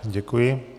Děkuji.